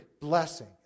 blessing